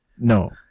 No